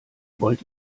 wollt